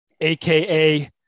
aka